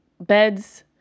Beds